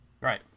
Right